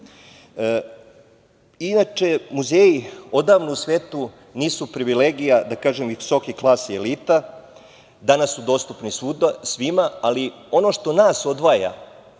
ponude. Inače, muzeji odavno u svetu nisu privilegija, da kažem, visoke klase i elita, danas su dostupni svima, ali ono što nas odvaja,